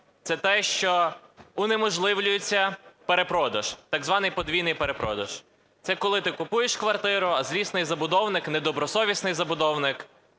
це те, що унеможливлюється перепродаж, так званий подвійний перепродаж. Це коли ти купуєш квартиру, а злісний забудовник, недобросовісний забудовник